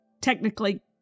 technically